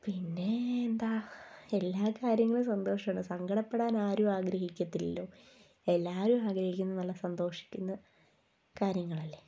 പിന്നെ എന്താ എല്ലാകാര്യങ്ങളും സന്തോഷമാണ് സങ്കടപ്പെടാൻ ആരും ആഗ്രഹിക്കത്തിലല്ലോ എല്ലാവരും ആഗ്രഹിക്കുന്നത് നല്ല സന്തോഷിക്കുന്ന കാര്യങ്ങളല്ലേ